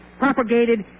Propagated